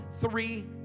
three